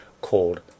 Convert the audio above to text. called